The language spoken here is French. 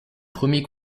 premiers